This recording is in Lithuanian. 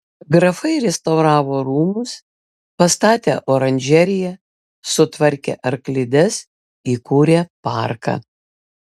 grafai restauravo rūmus pastatė oranžeriją sutvarkė arklides įkūrė parką